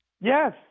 Yes